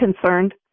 concerned